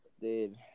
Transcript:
Dude